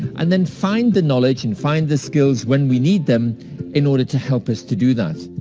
and, then find the knowledge and find the skills when we need them in order to help us to do that.